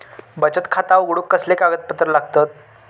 बचत खाता उघडूक कसले कागदपत्र लागतत?